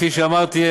כפי שאמרתי,